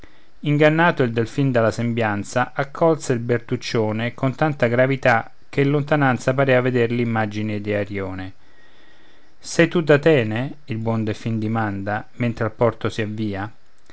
ingannato il delfin dalla sembianza accolse il bertuccione con tanta gravità che in lontananza parea veder l'imagine di arione sei tu d'atene il buon delfin dimanda mentre al porto si avvia